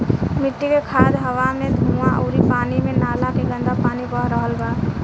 मिट्टी मे खाद, हवा मे धुवां अउरी पानी मे नाला के गन्दा पानी बह रहल बा